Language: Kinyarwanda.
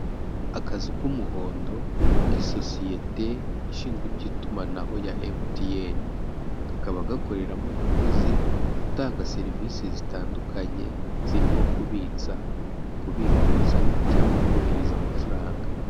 Akazu k'umuhondo k'isosiyete ishinzwe iby'itumanaho ya MTN, kakaba gakoreramo umukozi utanga serivisi zitandukanye, zirimo kubitsa, kubikuza, cyangwa kohereza amafaranga.